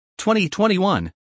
2021